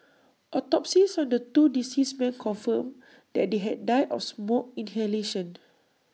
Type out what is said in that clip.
autopsies on the two deceased men confirmed that they had died of smoke inhalation